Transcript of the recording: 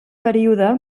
període